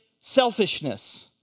selfishness